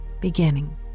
beginning